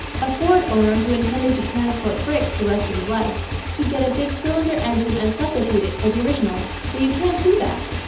a ford owner who intended to transport bricks the rest of his life could get a big-cylinder engine and substitute it for the original but you can't do that.